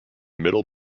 middle